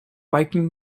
viking